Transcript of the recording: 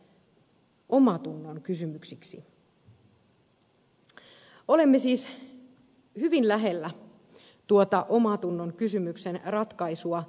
olemme siis hyvin lähellä tuota omantunnon kysymyksen ratkaisua